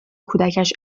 کودکش